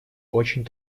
очень